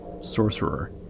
sorcerer